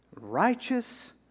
righteous